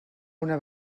una